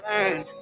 learn